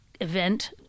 event